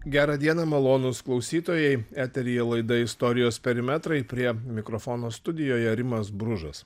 gerą dieną malonūs klausytojai eteryje laida istorijos perimetrai prie mikrofono studijoje rimas bružas